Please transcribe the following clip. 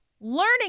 learning